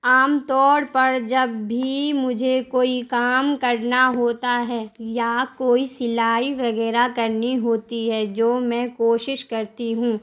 عام طور پر جب بھی مجھے کوئی کام کرنا ہوتا ہے یا کوئی سلائی وغیرہ کرنی ہوتی ہے جو میں کوشش کرتی ہوں